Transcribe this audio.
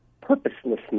purposelessness